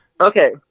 Okay